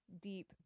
deep